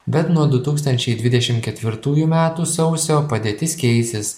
bet nuo du tūkstančiai dvidešim ketvirtųjų metų sausio padėtis keisis